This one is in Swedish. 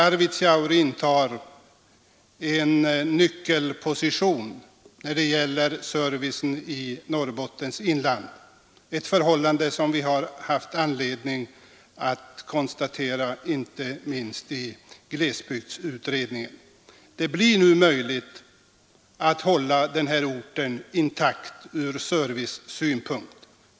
Arvidsjaur intar en nyckelposition när det gäller servicen i Norrbottens inland, ett förhållande som vi har haft anledning att konstatera inte minst i glesbygdsutredningen. Det blir nu möjligt att bibehålla servicen på denna ort intakt.